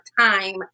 time